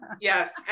yes